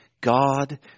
God